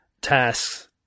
tasks